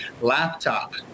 laptop